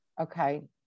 okay